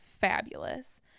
fabulous